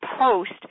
post